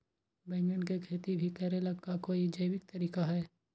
बैंगन के खेती भी करे ला का कोई जैविक तरीका है?